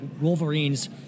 Wolverines